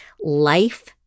life